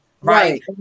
Right